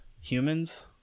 humans